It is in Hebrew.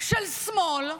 של שמאל,